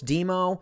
Demo